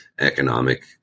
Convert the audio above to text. economic